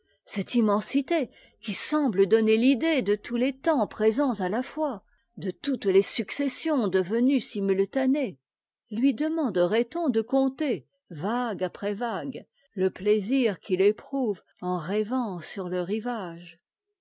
cette immensité qui sembfe donner l'idée de tous es temps présents la fois de toutes les successions devenues simuttànées lui demanderait on de compter vague après vague le plaisir qu'il éprouve en rêvant sùt je rivage